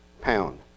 pound